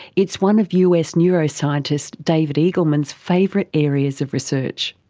it's one of us neuroscientist david eagleman's favourite areas of research.